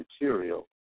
material